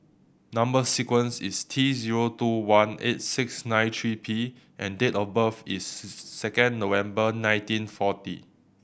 number sequence is T zero two one eight six nine three P and date of birth is second November nineteen forty